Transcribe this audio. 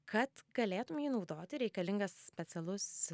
kad galėtum jį naudoti reikalingas specialus